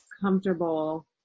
comfortable